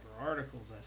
articles